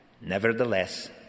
Nevertheless